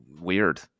weird